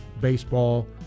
baseball